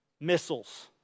Missiles